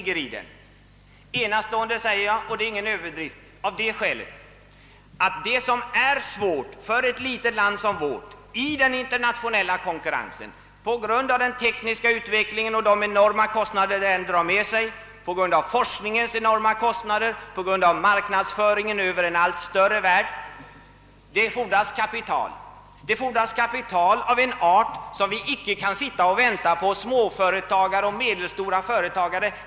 Jag säger enastående — av det skälet att det är svårt för ett litet land som vårt att hävda sig i den internationella konkurrensen. Den tekniska utvecklingen och forskningen drar enorma kostnader, marknadsföringen över en allt större värld fordrar kapital. Vi kan inte vänta oss att detta kapital skall kunna skrapas fram av små och medelstora företagare.